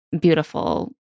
beautiful